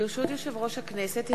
ברשות יושב-ראש הכנסת,